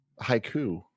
haiku